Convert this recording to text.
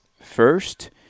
first